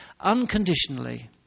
unconditionally